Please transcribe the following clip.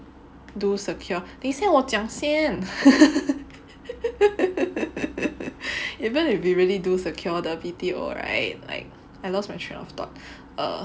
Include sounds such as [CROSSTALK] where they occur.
do secure 等一下我讲先 [LAUGHS] even if we really do secure the B_T_O right like I lost my train of thought err